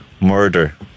Murder